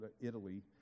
Italy